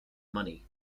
money